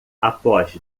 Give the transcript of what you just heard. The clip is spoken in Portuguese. após